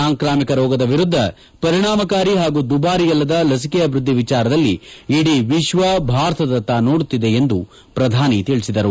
ಸಾಂಕ್ರಾಮಿಕ ರೋಗದ ವಿರುದ್ದ ಪರಿಣಾಮಕಾರಿ ಹಾಗೂ ದುಬಾರಿಯಲ್ಲದ ಲಸಿಕೆ ಅಭಿವೃದ್ದಿ ವಿಚಾರದಲ್ಲಿ ಇಡೀ ವಿಶ್ವ ಭಾರತದತ್ತ ನೋಡುತ್ತಿದೆ ಎಂದು ಶ್ರಧಾನಿ ತಿಳಿಸಿದರು